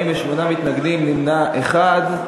48 מתנגדים ונמנע אחד.